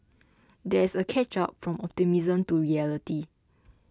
there is a catch up from optimism to reality